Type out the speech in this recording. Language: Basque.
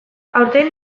aurten